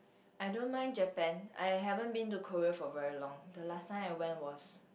I don't mind Japan I haven't been to Korea for very long the last time I went was